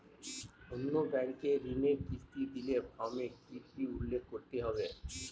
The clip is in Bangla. অন্য ব্যাঙ্কে ঋণের কিস্তি দিলে ফর্মে কি কী উল্লেখ করতে হবে?